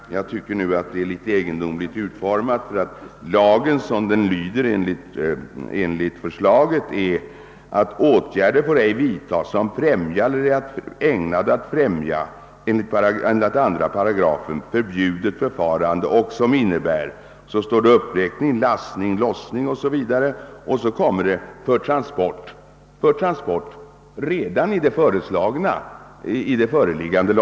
Men jag tycker att herr Ahlmarks önskan är litet egendomligt utformad, ty i lagförslagets 3 8 står det: »Åtgärd får ej vidtagas som främjar eller är ägnad att främja enligt 2 § förbjudet förfarande och som innebär ———.» Därefter följer en uppräkning i olika punkter där andra punkten avser lastning, lossning m.m. och slutar med ordet transport.